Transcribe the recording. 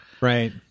Right